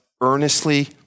earnestly